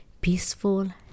peaceful